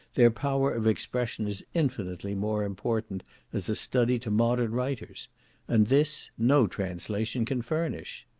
their power of expression is infinitely more important as a study to modern writers and this no translation can furnish.